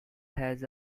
has